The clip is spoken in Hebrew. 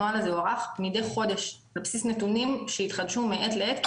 הנוהל הזה הוארך מידי חודש על בסיס נתונים שהתחדשו מעת לעת,